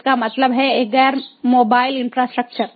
इसका मतलब है एक गैर मोबाइल इंफ्रास्ट्रक्चर